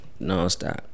nonstop